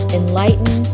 enlighten